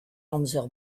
amzer